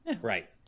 Right